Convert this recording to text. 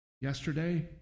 yesterday